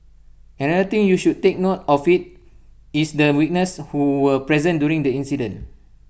another thing you should take note of is the witnesses who were present during the incident